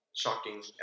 shocking